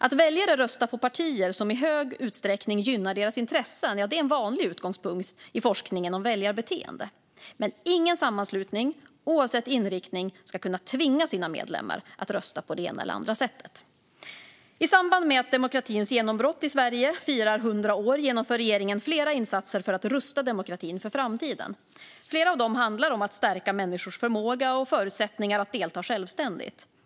Att väljare röstar på partier som i hög utsträckning gynnar deras intressen är en vanlig utgångspunkt i forskningen om väljarbeteende. Men ingen sammanslutning, oavsett inriktning, ska kunna tvinga sina medlemmar att rösta på det ena eller andra sättet. I samband med att demokratins genombrott i Sverige firar 100 år genomför regeringen flera insatser för att rusta demokratin för framtiden. Flera av dem handlar om att stärka människors förmåga och förutsättningar att delta självständigt.